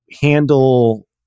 handle